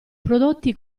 prodotti